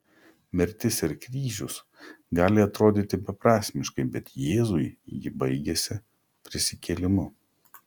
mirtis ir kryžius gali atrodyti beprasmiškai bet jėzui ji baigėsi prisikėlimu